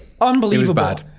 unbelievable